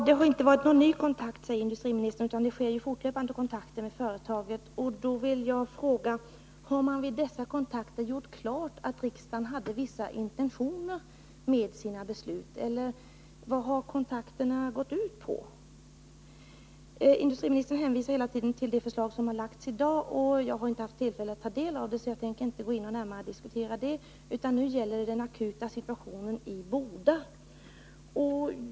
Herr talman! Industriministern säger att det förekommer fortlöpande kontakter med företaget. Jag vill fråga om man vid dessa kontakter gjort klart för företaget att riksdagen hade vissa intentioner med sina beslut. Eller vad har kontakterna gått ut på? Industriministern hänvisar hela tiden till det förslag som framlagts i dag. Jag har inte haft tillfälle att ta del av det och tänker därför inte diskutera det. Men nu gäller det den akuta situationen i Boda.